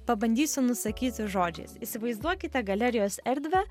pabandysiu nusakyti žodžiais įsivaizduokite galerijos erdvę